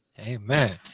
Amen